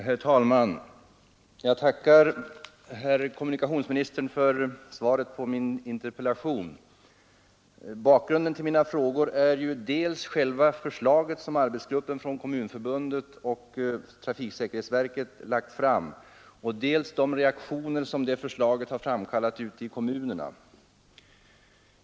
Herr talman! Jag tackar herr kommunikationsministern för svaret på min interpellation. Bakgrunden till mina frågor är dels själva förslaget som arbetsgruppen från Svenska kommunförbundet och trafiksäkerhetsverket lagt fram, dels de reaktioner som detta förslag har framkallat ute i kommunerna.